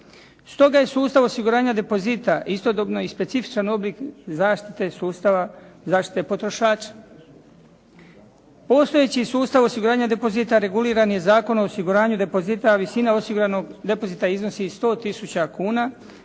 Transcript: Stoga je sustav osiguranja depozita istodobno i specifičan oblik zaštite sustava, zaštite potrošača. Postojeći sustav osiguranja depozita reguliran je Zakonom o osiguranju depozita, a visina osiguranog depozita iznosi 100000 kuna,